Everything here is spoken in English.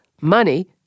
Money